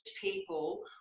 people